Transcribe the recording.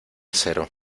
cero